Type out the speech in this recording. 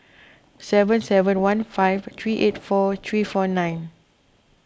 seven seven one five three eight four three four nine